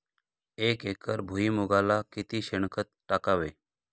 एक एकर भुईमुगाला किती शेणखत टाकावे?